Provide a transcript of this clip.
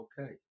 okay